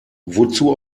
wozu